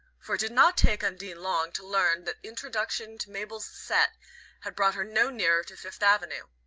for it did not take undine long to learn that introduction to mabel's set had brought her no nearer to fifth avenue.